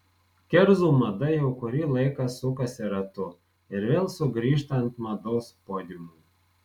kerzų mada jau kurį laiką sukasi ratu ir vėl sugrįžta ant mados podiumų